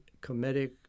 comedic